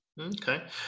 Okay